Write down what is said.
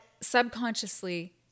subconsciously